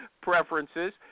preferences –